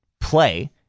play